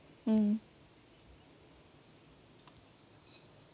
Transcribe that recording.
mm